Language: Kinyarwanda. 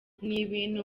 n’ibintu